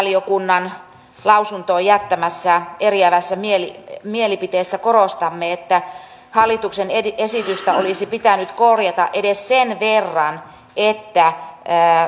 tasa arvovaliokunnan lausuntoon jättämässämme eriävässä mielipiteessä mielipiteessä korostamme että hallituksen esitystä olisi pitänyt korjata edes sen verran että